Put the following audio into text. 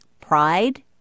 pride